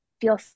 feel